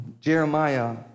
Jeremiah